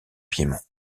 piémont